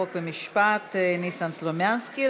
חוק ומשפט ניסן סלומינסקי.